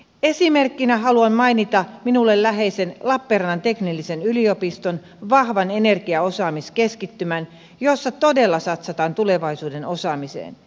esimerkkinä haluan mainita minulle läheisen lappeenrannan teknillisen yliopiston vahvan energiaosaamiskeskittymän jossa todella satsataan tulevaisuuden osaamiseen